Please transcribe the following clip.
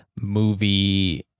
movie